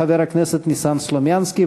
חבר הכנסת ניסן סלומינסקי.